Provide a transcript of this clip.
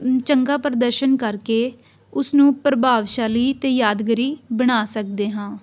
ਚੰਗਾ ਪ੍ਰਦਰਸ਼ਨ ਕਰਕੇ ਉਸਨੂੰ ਪ੍ਰਭਾਵਸ਼ਾਲੀ ਅਤੇ ਯਾਦਗਾਰੀ ਬਣਾ ਸਕਦੇ ਹਾਂ